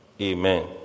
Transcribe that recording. Amen